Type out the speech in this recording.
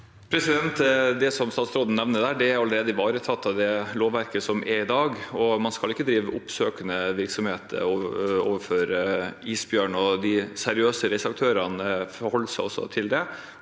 Det statsråd- en nevner der, er allerede ivaretatt av det lovverket som er i dag. Man skal ikke drive oppsøkende virksomhet overfor isbjørn, og de seriøse reiseaktørene forholder seg til det.